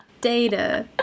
Data